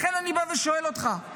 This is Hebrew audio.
לכן אני שואל אותך,